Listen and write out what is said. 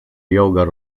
yoga